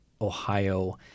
Ohio